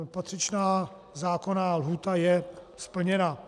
Patřičná zákonná lhůta je splněna.